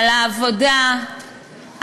על העבודה,